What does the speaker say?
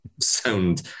sound